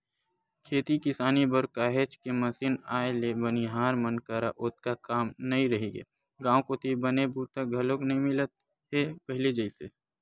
खेती किसानी बर काहेच के मसीन आए ले बनिहार मन करा ओतका काम नइ रहिगे गांव कोती बने बूता घलोक नइ मिलत हे पहिली जइसे